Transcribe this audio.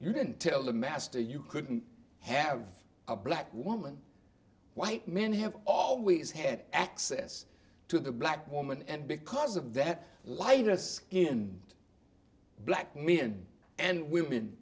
you didn't tell the master you couldn't have a black woman white men have always had access to the black woman and because of that lightness in black men and women